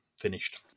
finished